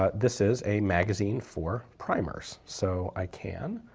ah this is a magazine for primers so i can,